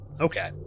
Okay